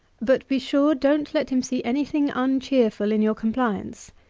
but be sure don't let him see any thing uncheerful in your compliance.